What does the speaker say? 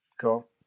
Cool